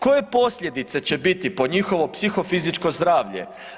Koje posljedice će biti po njihovo psihofizičko zdravlje?